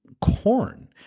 corn